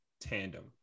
tandem